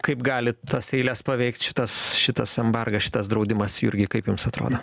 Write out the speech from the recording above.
kaip gali tas eiles paveikt šitas šitas embargas šitas draudimas jurgi kaip jums atrodo